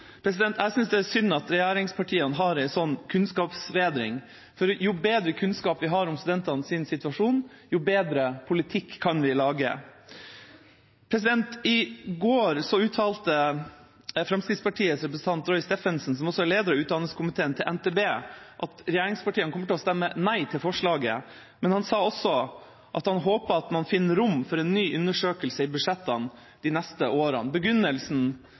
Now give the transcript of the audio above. undersøkelser. Jeg syns det er synd at regjeringspartiene har en sånn kunnskapsvegring, for jo bedre kunnskap vi har om studentenes situasjon, jo bedre politikk kan vi lage. I går uttalte Fremskrittspartiets representant Roy Steffensen, som også er leder av utdanningskomiteen, til NTB at regjeringspartiene kommer til å stemme nei til forslaget, men han sa også at han håpet at man finner rom for en ny undersøkelse i budsjettene de neste årene.